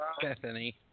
Bethany